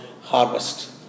harvest